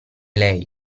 lei